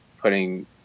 putting